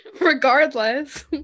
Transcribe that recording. regardless